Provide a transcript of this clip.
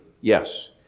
Yes